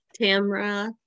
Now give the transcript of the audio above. Tamra